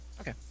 Okay